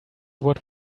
what